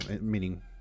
meaning